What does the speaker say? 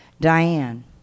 Diane